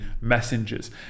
messengers